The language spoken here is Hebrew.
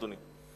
אדוני,